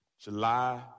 July